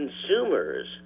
consumers